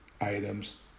items